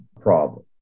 problem